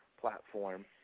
platform